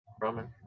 Roman